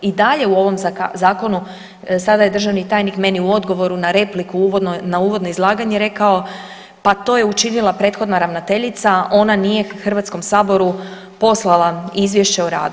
I dalje u ovom zakonu sada je državni tajnik meni u odgovoru na repliku na uvodno izlaganje rekao pa to je učinila prethodna ravnateljica ona nije Hrvatskom saboru poslala izvješće o radu.